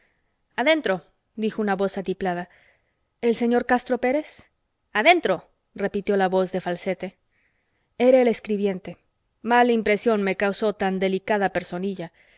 adentro dijo una voz atiplada el señor castro pérez adentro repitió la voz de falsete era el escribiente mala impresión me causó tan delicada personilla